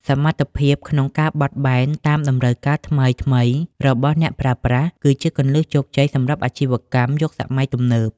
សមត្ថភាពក្នុងការបត់បែនតាមតម្រូវការថ្មីៗរបស់អ្នកប្រើប្រាស់ គឺជាគន្លឹះជោគជ័យសម្រាប់អាជីវកម្មក្នុងយុគសម័យទំនើប។